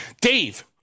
dave